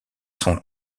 son